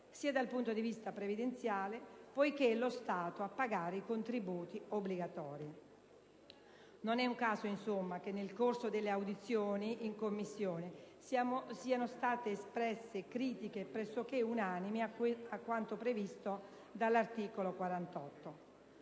sia dal punto di vista previdenziale, poiché è lo Stato a pagare i contributi obbligatori. Non è un caso, insomma, che, nel corso delle audizioni in Commissione, siano state espresse critiche pressoché unanimi a quanto previsto dall'articolo 48.